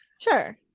sure